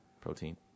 Protein